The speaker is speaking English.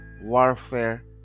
warfare